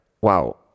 wow